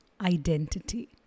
Identity